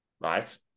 Right